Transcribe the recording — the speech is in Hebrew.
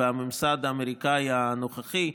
לממסד האמריקאי הנוכחי,